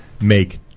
make